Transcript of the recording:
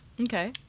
okay